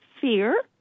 fear